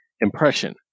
impression